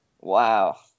Wow